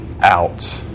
out